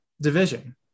division